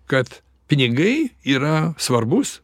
kad pinigai yra svarbus